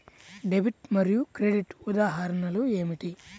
Debit మరియు credit ఉదాహరణలు ఏమిటీ?